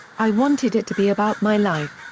i wanted it to be about my life,